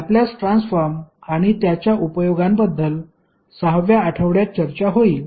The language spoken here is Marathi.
लॅपलेस ट्रान्सफॉर्म आणि त्याच्या उपयोगांबद्दल 6 व्या आठवड्यात चर्चा होईल